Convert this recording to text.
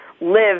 live